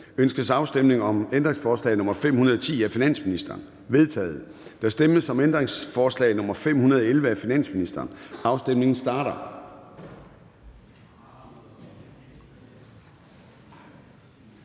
Ønskes afstemning om ændringsforslag nr. 547-559 af finansministeren? De er vedtaget. Der stemmes om ændringsforslag nr. 639 af Enhedslisten. Afstemningen starter.